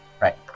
right